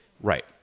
Right